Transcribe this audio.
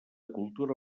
cultura